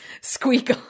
squeak